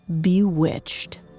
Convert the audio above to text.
bewitched